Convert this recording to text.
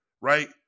right